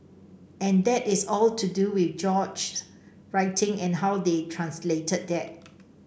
and that is all to do with George's writing and how they translated that